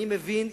אני מבין,